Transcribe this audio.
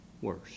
worse